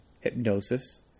hypnosis